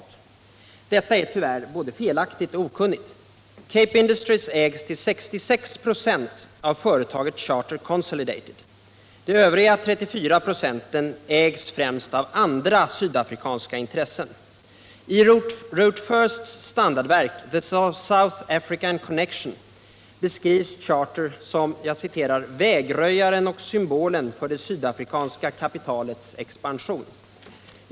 Att hävda detta är tyvärr både felaktigt och okunnigt. Cape Industries ägs till 66 96 av företaget Charter Consolidated. Övriga 34 96 ägs främst av andra sydafrikanska intressen. I Ruth Firsts standardverk The South of African Connection beskrivs Charter Consolidated som ”vägröjaren och symbolen för det sydafrikanska kapitalets expansion”.